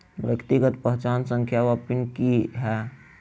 व्यक्तिगत पहचान संख्या वा पिन की है?